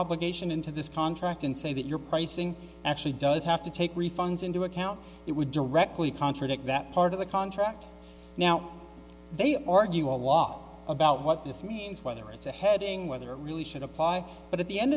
obligation into this contract and say that your pricing actually does have to take refunds into account it would directly contradict that part of the contract now they argue a lot about what this means whether it's a heading whether it really should apply but at the end